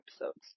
episodes